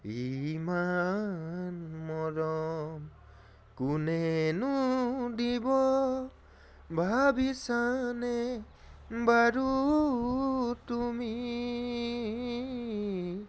ইমান মৰম কোনেনো দিব ভাবিছানে বাৰু তুমি